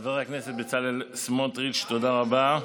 חבר הכנסת בצלאל סמוטריץ, תודה רבה.